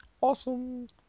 awesome